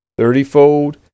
thirtyfold